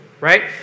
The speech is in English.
right